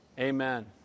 Amen